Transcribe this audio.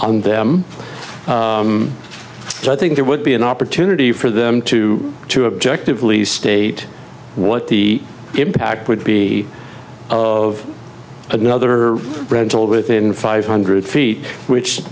on them so i think there would be an opportunity for them to to objectively state what the impact would be of another rental within five hundred feet which